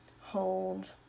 hold